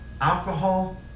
alcohol